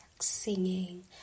singing